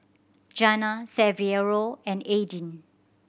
Jana Saverio and Aidyn